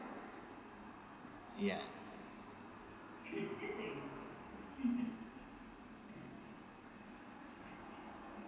ya